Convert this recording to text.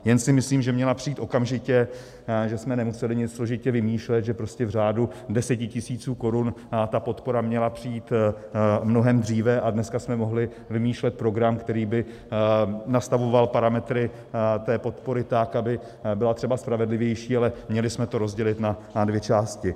Jen si myslím, že měla přijít okamžitě, že jsme nemuseli nic složitě vymýšlet, že prostě v řádu desetitisíců korun ta podpora měla přijít mnohem dříve, a dneska jsme mohli vymýšlet program, který by nastavoval parametry té podpory tak, aby byla třeba spravedlivější, ale měli jsme to rozdělit na dvě části.